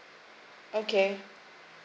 okay